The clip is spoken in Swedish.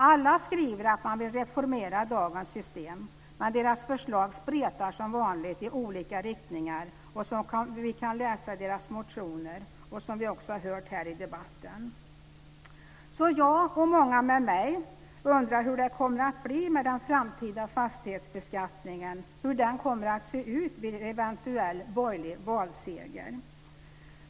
Alla skriver att man vill reformera dagens system, men deras förslag spretar som vanligt i olika riktningar, som vi kan läsa i deras motioner och som vi har hört här i debatten. Jag och många med mig undrar därför hur det kommer att bli med den framtida fastighetsbeskattningen. Hur kommer den att se ut vid en eventuell borgerlig valseger?